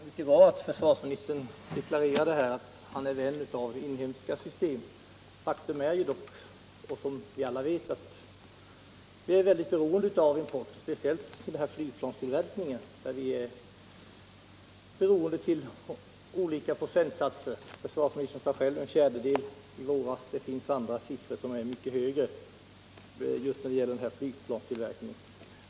Herr talman! Det är all right att försvarsministern deklarerar att han är vän av inhemska system. Ett faktum är dock, som vi alla vet, att vi är beroende av import speciellt för flygplanstillverkningen. Försvarsministern sade själv att Alygplanstillverkningen till 25 96 är beroende av import. Det finns andra uppgifter som tyder på att siffran är mycket högre.